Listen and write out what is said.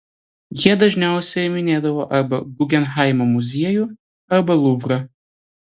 jie dažniausiai minėdavo arba guggenheimo muziejų arba luvrą